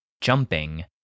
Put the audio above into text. jumping